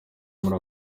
muri